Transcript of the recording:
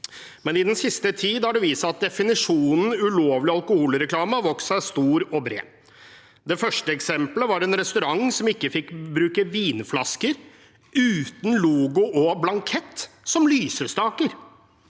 men i den siste tiden har det vist seg at definisjonen av ulovlig alkoholreklame har vokst seg stor og bred. Det første eksempelet er en restaurant som ikke fikk bruke vinflasker, uten logo og blankett, som lysestaker.